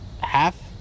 Half